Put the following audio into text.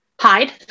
hide